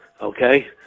Okay